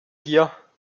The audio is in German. hier